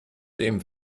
dem